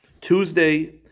Tuesday